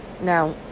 Now